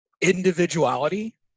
individuality